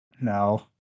No